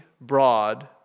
broad